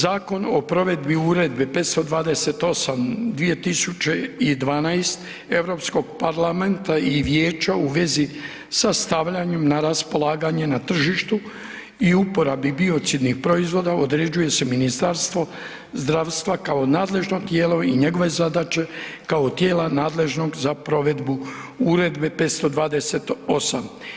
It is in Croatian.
Zakon o provedbi Uredbe 528/2012 Europskog parlamenta i Vijeća u vezi sa stavljanjem na raspolaganje na tržištu i uporabi biocidnih proizvoda određuje se Ministarstvo zdravstva kao nadležno tijelo i njegove zadaće kao tijela nadležnog za provedbu Zakon o provedbi Uredbe 528.